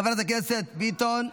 חברת הכנסת ביטון,